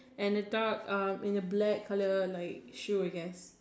and a dark uh in a black colour like shoe I guess